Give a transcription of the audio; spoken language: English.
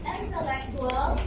intellectual